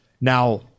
now